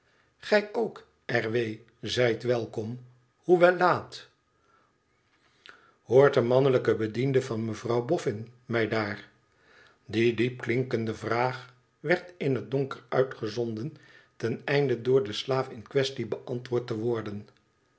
gij ook r w zijt welkom hoewel laat hoort de mannelijke bediende van mevrouw bofïin mij daar die diepklinkende vraag werd in het donker uitgezonden ten einde door den slaaf in quaestie beantwoord te worden